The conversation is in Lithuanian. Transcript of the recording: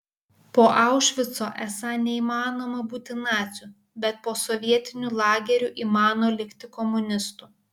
po aušvico esą neįmanoma būti naciu bet po sovietinių lagerių įmano likti komunistu